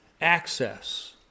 access